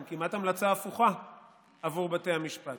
הם כמעט המלצה הפוכה עבור בתי המשפט.